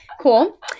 Cool